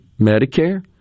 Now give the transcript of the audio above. Medicare